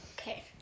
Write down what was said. Okay